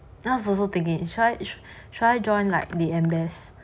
now I also thinking should I should I join like the ambass